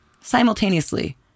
simultaneously